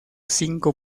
cinco